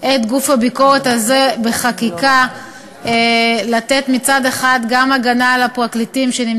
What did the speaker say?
חוק ומשפט להכנה לקריאה שנייה ושלישית.